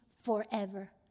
forever